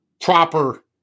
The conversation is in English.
proper